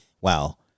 wow